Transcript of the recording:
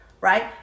right